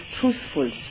truthful